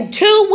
two